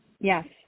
Yes